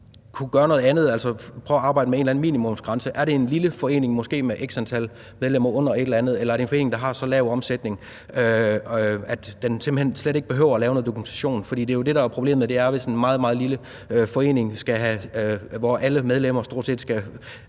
kunne gøre noget andet, altså prøve at arbejde med en eller anden minimumsgrænse. Er det en lille forening, måske med x-antal medlemmer under et eller andet, eller er det en forening, der har så lav en omsætning, at den simpelt hen slet ikke behøver at lave noget dokumentation? For det er jo det, der er problemet, altså at det kan være en meget, meget lille forening, hvor alle medlemmer stort set skal